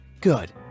Good